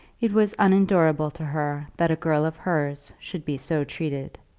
it was unendurable to her that a girl of hers should be so treated.